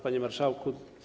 Panie Marszałku!